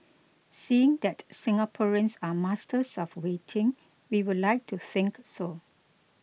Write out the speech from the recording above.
seeing that Singaporeans are masters of waiting we would like to think so